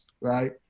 right